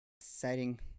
Exciting